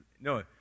no